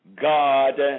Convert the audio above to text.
God